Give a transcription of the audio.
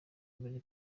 mbere